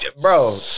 Bro